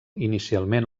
inicialment